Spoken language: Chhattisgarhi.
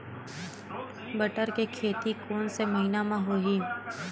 बटर के खेती कोन से महिना म होही?